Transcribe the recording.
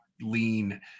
lean